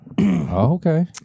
Okay